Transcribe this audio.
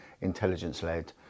intelligence-led